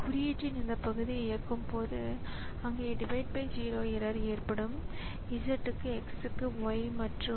இது மென்பொருள் குறுக்கீட்டின் பிற ஸோர்ஸ்களால் ஏற்பட்டுள்ள சில பிழைகள் என்னிடம் X என்பது இருப்பதால் நான் Z X divided by Y என்ற சமன்பாட்டை எழுதியுள்ளேன்